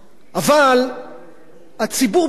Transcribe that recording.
אבל הציבור בישראל,